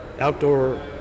outdoor